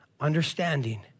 understanding